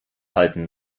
halten